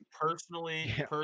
personally